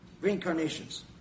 Reincarnations